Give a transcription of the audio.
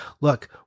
look